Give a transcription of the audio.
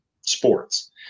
sports